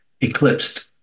eclipsed